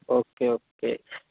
okay okay